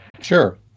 Sure